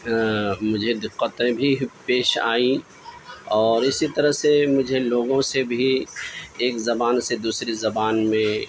مجھے دقتیں بھی پیش آئیں اور اسی طرح سے مجھے لوگوں سے بھی ایک زبان سے دوسری زبان میں